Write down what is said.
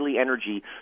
energy